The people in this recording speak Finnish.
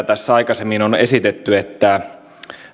tässä aikaisemmin on esitetty että